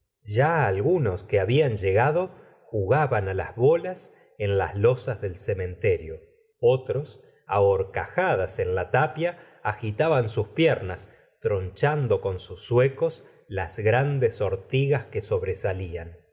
ya algunos que habían llegado jugaban las bolas en las losas del cementerio otros it horcajadas en la tapia agitaban sus piernas tronchando con sus zuecos las grandes ortigas que sobresalían